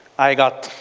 i got